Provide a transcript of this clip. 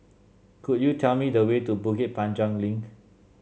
could you tell me the way to Bukit Panjang Link